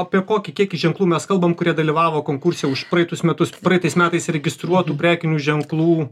apie kokį kiekį ženklų mes kalbam kurie dalyvavo konkurse už praeitus metus praeitais metais įregistruotų prekinių ženklų